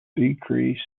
decrease